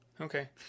Okay